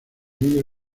vídeo